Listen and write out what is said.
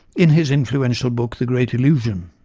in his influential book the great illusion.